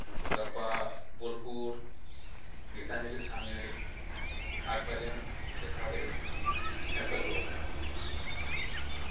ᱜᱟᱯᱟ ᱵᱳᱞᱯᱩᱨ ᱜᱤᱛᱟᱧᱡᱚᱞᱤ ᱥᱟᱢᱱᱮ ᱨᱮ ᱟᱴ ᱵᱟᱡᱮᱢ ᱫᱮᱠᱷᱟᱣ ᱫᱟᱲᱮᱭᱟᱜᱼᱟ ᱧᱮᱯᱮᱞ ᱠᱚᱜᱼᱟ ᱞᱟᱝ